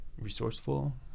resourceful